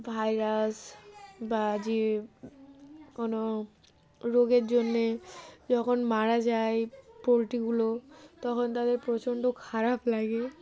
virus বা যে কোনো রোগের জন্যে যখন মারা যায় পোলট্রিগুলো তখন তাদের প্রচণ্ড খারাপ লাগে